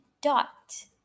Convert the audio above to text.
dot